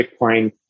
Bitcoin